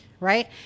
right